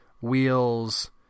wheels